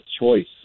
choice